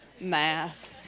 math